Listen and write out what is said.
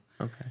Okay